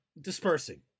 dispersing